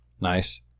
Nice